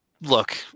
look